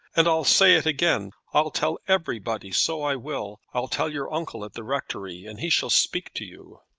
and i'll say it again. i'll tell everybody so i will. i'll tell your uncle at the rectory, and he shall speak to you.